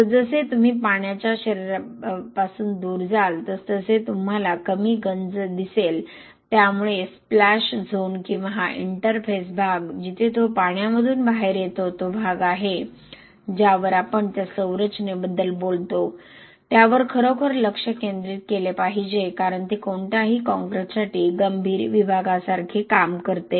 जसजसे तुम्ही पाण्यापासून दूर जाल तसतसे तुम्हाला कमी गंज दिसेल त्यामुळे स्प्लॅश झोन किंवा हा इंटरफेस भाग जिथे तो पाण्यामधून बाहेर येतो तो भाग आहे ज्यावर आपण ज्या संरचनेबद्दल बोलतो त्यावर खरोखर लक्ष केंद्रित केले पाहिजे कारण ते कोणत्याही काँक्रीटसाठी गंभीर विभागासारखे काम करते